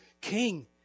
king